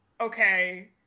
okay